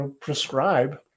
prescribe